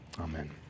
Amen